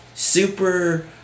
super